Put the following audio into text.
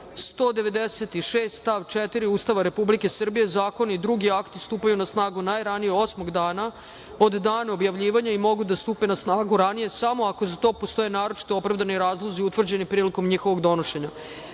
196. stav 4. Ustava Republike Srbije zakoni i drugi akti stupaju na snagu najranije osmog dana od dana objavljivanja i mogu da stupe na snagu ranije samo ako za to postoje naročito opravdani razlozi utvrđeni prilikom njihovog donošenja. Stavljam